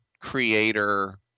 creator